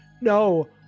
No